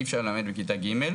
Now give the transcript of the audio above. אי אפשר ללמד בכיתה ג',